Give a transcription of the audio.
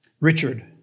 Richard